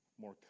More